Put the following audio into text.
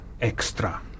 extra